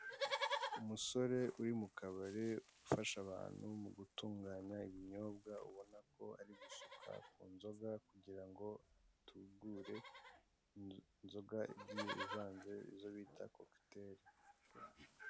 Umusore uri mu kabari ufasha abantu mu gutunganya ibinyobwa ubona ko ari gusuka ku nzoga tugure inzoga igiye ivanze izo bita kokitere.